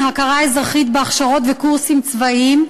הכרה אזרחית בהכשרות וקורסים צבאיים),